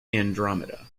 andromeda